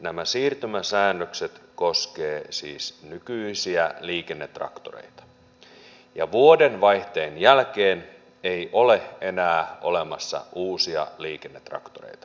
nämä siirtymäsäännökset koskevat siis nykyisiä liikennetraktoreita ja vuodenvaihteen jälkeen ei ole enää olemassa uusia liikennetraktoreita